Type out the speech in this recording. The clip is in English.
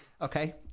okay